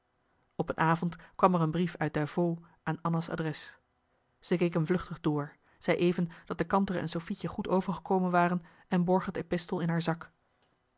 op een avond kwam er een brief uit davos aan anna's adres ze keek m vluchtig door zei even dat de kantere en sofietje goed overgekomen waren en borg het epistel in haar zak